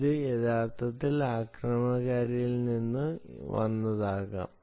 അത് യഥാർത്ഥത്തിൽ ആക്രമണകാരിയിൽ നിന്ന് വന്നതാകാം